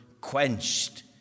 quenched